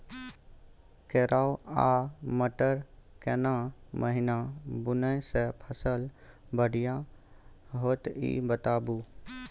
केराव आ मटर केना महिना बुनय से फसल बढ़िया होत ई बताबू?